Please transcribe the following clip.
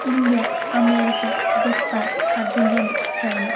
India America Japan Argentina China